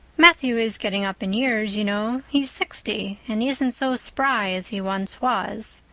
matthew is getting up in years, you know he's sixty and he isn't so spry as he once was.